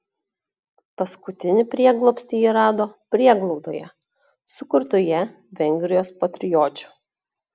paskutinį prieglobstį ji rado prieglaudoje sukurtoje vengrijos patriočių